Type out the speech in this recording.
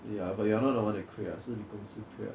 ya but you are not the one that 亏 [what] 是你公司亏 [what]